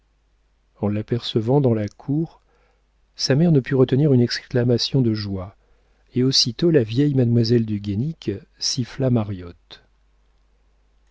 en l'apercevant dans la cour sa mère ne put retenir une exclamation de joie et aussitôt la vieille mademoiselle du guénic siffla mariotte